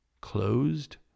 closed